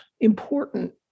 important